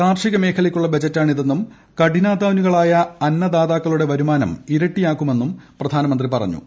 കാർഷിക മേഖലയ്ക്കുള്ള ബജറ്റാണിതെന്നും കഠിനാദ്ധാനികളായ അന്നദാതാക്കളുടെ വരുമാനം ഇരട്ടിയാകുമെന്നും പ്രധാനമന്ത്രി പറഞ്ഞു